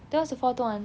that was the fourth one